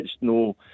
no